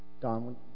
Don